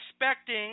expecting